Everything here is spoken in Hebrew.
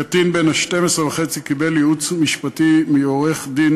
הקטין בן ה-12 וחצי קיבל ייעוץ משפטי מעורך-הדין